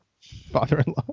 father-in-law